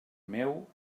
meu